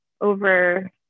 over